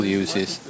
uses